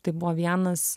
tai buvo vienas